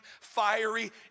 fiery